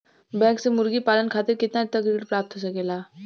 Bank से मुर्गी पालन खातिर कितना तक ऋण प्राप्त हो सकेला?